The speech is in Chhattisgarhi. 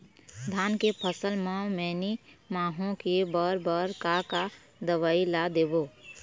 धान के फसल म मैनी माहो के बर बर का का दवई ला देबो?